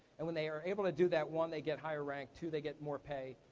and when they are able to do that one, they get higher rank, two, they get more pay.